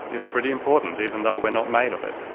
is pretty important, even though we are not made of it.